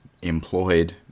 Employed